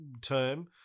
term